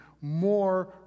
more